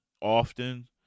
often